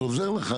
רגע, אני עוזר לך.